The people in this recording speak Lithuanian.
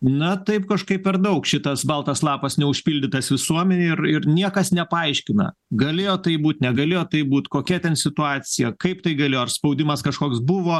na taip kažkaip per daug šitas baltas lapas neužpildytas visuomenėj ir ir niekas nepaaiškina galėjo taip būt negalėjo taip būt kokia ten situacija kaip tai galėjo ar spaudimas kažkoks buvo